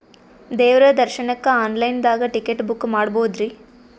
ದೇವ್ರ ದರ್ಶನಕ್ಕ online ದಾಗ ಟಿಕೆಟ ಬುಕ್ಕ ಮಾಡ್ಬೊದ್ರಿ?